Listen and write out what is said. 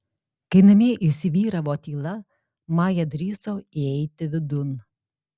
kai namie įsivyravo tyla maja drįso įeiti vidun